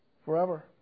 Forever